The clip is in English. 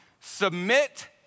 Submit